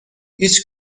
هیچ